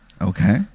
Okay